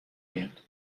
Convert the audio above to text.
میاد